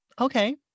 okay